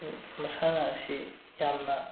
ꯃꯁꯥꯟꯅ ꯑꯁꯤ ꯌꯥꯝꯅ